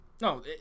no